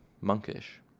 monkish